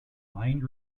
mind